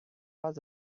was